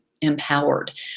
empowered